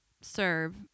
serve